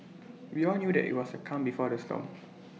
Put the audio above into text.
we all knew that IT was the calm before the storm